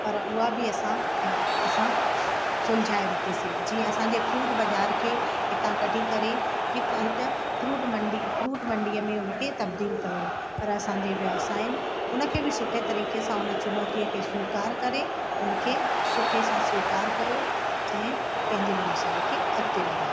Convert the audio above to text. पर उहा बि असां ऐं असां सुल्झाए वतीसे जीअं असांजे फ्रूट बाज़ारि खे इतां कढी करे हिकु इते आहे फ्रूट मंडी फ्रूट मंडीअ में उन खे तब्दील कयो आहे पर असांजे व्यवसाइन उन खे बि सुठे तरीक़े सां उन चुनौतीअ खे स्वीकार करे उन खे सुठे सां स्वीकारु कयो ऐं पंहिंजे व्यवसाय खे अॻिते वधायो